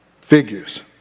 figures